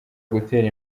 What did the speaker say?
gutera